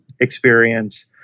experience